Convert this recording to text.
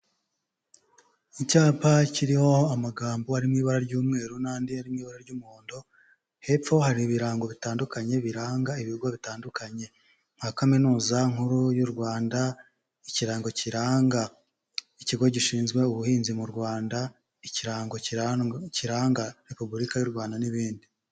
Icyapa kiriho amagambo ari mu ibara ry'umweru n'andi ari mu ibara ry'umuhondo, hepfo hari ibirango bitandukanye biranga ibigo bitandukanye. Nka kaminuza nkuru y'u Rwanda, ikirango kiranga ikigo gishinzwe ubuhinzi mu Rwanda, ikirango Repubulika y'u Rwanda n'ibindi.